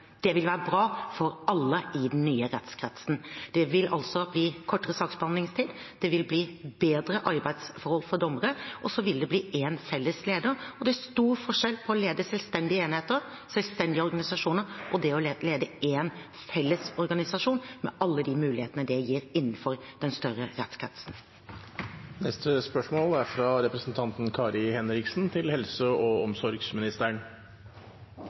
Det vil være bra for alle i den nye rettskretsen. Det vil altså bli kortere saksbehandlingstid, det vil bli bedre arbeidsforhold for dommere, og så vil det bli én felles leder. Det er stor forskjell på å lede selvstendige enheter og selvstendige organisasjoner og det å lede en felles organisasjon med alle mulighetene det gir innenfor den større rettskretsen. «I Listerregionen har Fyrtårnet Lister Helse startet lavterskelbehandling for rusavhengige. Det er